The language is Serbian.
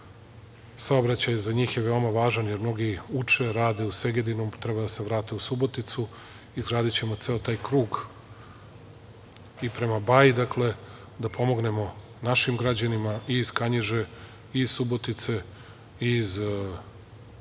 saobraćaj, za njih je veoma važan, jer mnogi uče, rade u Segedinu, treba da se vrate u Suboticu. Izgradićemo ceo taj krug i prema Baji, dakle da pomognemo našim građanima i iz Kanjiže, i iz Subotice, i iz Čantavira,